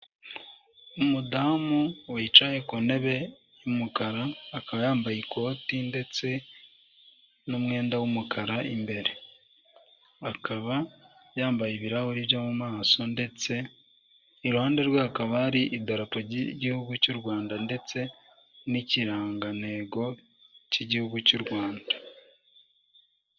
Abantu babiri bahagaze umwe ni umudamu, undi ni umugabo bigaragara ko hari abantu imbere bandi bari kureba, bari kubaha ibyo bashaka. Hejuru yabo hakaba hari amatara abiri amuritse.